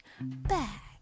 back